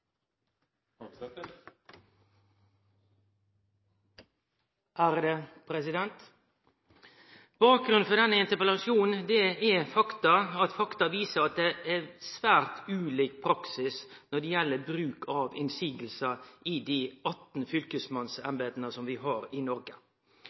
nr. 3 avsluttet. Bakgrunnen for denne interpellasjonen er at fakta viser at det er svært ulik praksis når det gjeld bruk av motsegner i dei 18